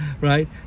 right